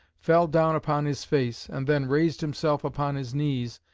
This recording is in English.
fell down upon his face and then raised himself upon his knees,